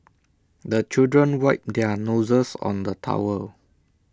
the children wipe their noses on the towel